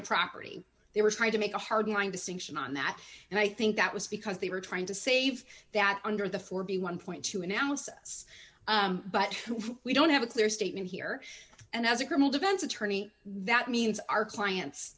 to property they were trying to make a hard line distinction on that and i think that was because they were trying to save that under the for being one point two analysis but we don't have a clear statement here and as a criminal defense attorney that means our clients